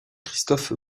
christophe